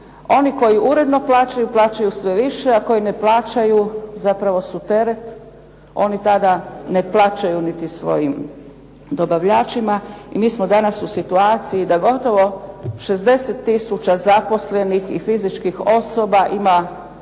Oni koji uredno plaćaju, plaćaju sve više, a koji ne plaćaju zapravo su teret. Oni tada ne plaćaju niti svojim dobavljačima i mi smo danas u situaciji da gotovo 60000 zaposlenih i fizičkih osoba ima